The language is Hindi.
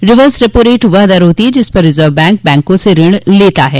रिवर्स रेपो रेट वह दर होती है जिस पर रिजर्व बैंक बैंकों से ऋण लेता है